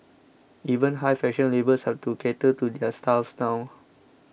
even high fashion labels have to cater to their styles now